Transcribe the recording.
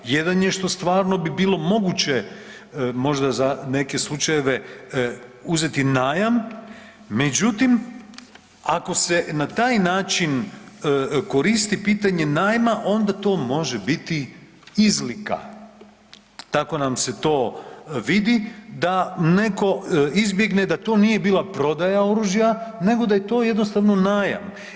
Jedan je što stvarno bi bilo moguće možda za neke slučajeve uzeti najam, međutim ako se na taj način koristi pitanje najma onda to može biti izlika, tako nam se to vidi da neko izbjegne da to nije bila prodaja oružja nego da je to jednostavno najam.